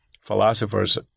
philosophers